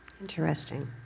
Interesting